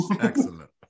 excellent